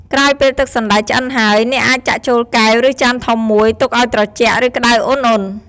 ក្រោយពេលទឹកសណ្ដែកឆ្អិនហើយ អ្នកអាចចាក់ចូលកែវ ឬចានធំមួយ ទុកឱ្យត្រជាក់ ឬក្តៅឧណ្ហៗ។